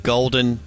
Golden